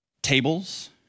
tables